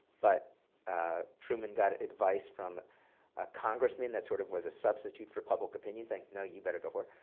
but truman got advice from a congressman that sort of was a substitute for public opinion saying, no, you better go for